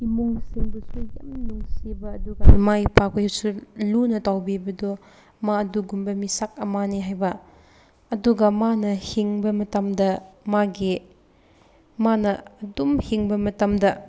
ꯏꯃꯨꯡꯁꯤꯡꯗꯨꯁꯨ ꯌꯥꯝ ꯅꯨꯡꯁꯤꯕ ꯑꯗꯨꯒ ꯃꯥꯏ ꯄꯥꯛꯄꯗꯨꯁꯨ ꯂꯨꯅ ꯇꯧꯕꯤꯕꯗꯨ ꯃꯥꯗꯨꯒꯨꯝꯕ ꯃꯤꯁꯛ ꯑꯃꯅꯤ ꯍꯥꯏꯕ ꯑꯗꯨꯒ ꯃꯥꯅ ꯍꯤꯡꯕ ꯃꯇꯝꯗ ꯃꯥꯒꯤ ꯃꯥꯅ ꯑꯗꯨꯝ ꯍꯤꯡꯕ ꯃꯇꯝꯗ